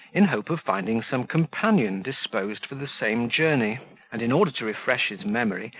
in hope of finding some companion disposed for the same journey and, in order to refresh his memory,